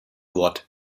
wort